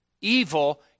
evil